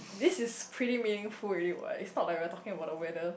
this is pretty meaningful already [what] it's not like we are talking about the weather